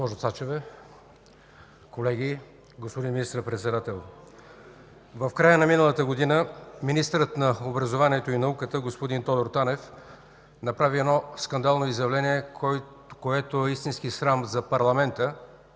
Госпожо Цачева, колеги, господин Министър-председател! В края на миналата година министърът на образованието и науката господин Тодор Танев направи едно скандално изявление, което е истински срам за парламента,